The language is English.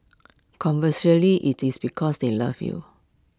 conversely IT is because they love you